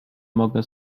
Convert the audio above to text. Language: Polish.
mogę